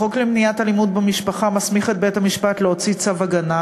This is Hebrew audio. החוק למניעת אלימות במשפחה מסמיך את בית-המשפט להוציא צו הגנה,